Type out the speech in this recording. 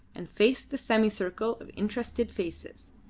and faced the semicircle of interested faces.